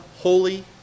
holy